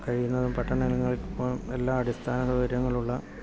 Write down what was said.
കഴിയുന്നതും പട്ടണങ്ങളിൽ എല്ലാ അടിസ്ഥാന സൗകര്യങ്ങളുള്ള